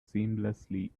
seamlessly